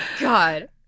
God